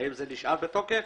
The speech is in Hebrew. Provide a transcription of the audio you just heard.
זה נשאר בתוקף?